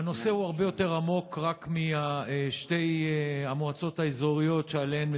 הנושא הוא הרבה יותר עמוק רק משתי המועצות האזוריות שעליהן מדובר,